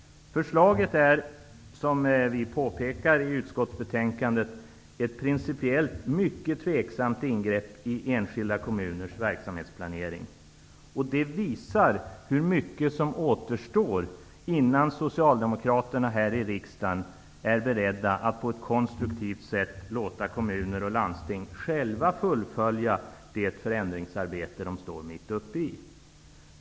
Förslaget skulle, som vi påpekar i utskottsbetänkandet, innebära ett principiellt mycket tveksamt ingrepp i enskilda kommuners verksamhetsplanering. Det visar hur mycket som återstår innan socialdemokraterna här i riksdagen är beredda att på ett konstruktivt sätt låta kommuner och landsting själva fullfölja det förändringsarbete de står mitt uppe i.